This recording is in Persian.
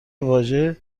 واژه